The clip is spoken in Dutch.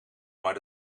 maar